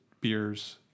beers